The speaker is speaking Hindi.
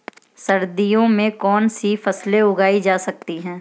सर्दियों में कौनसी फसलें उगाई जा सकती हैं?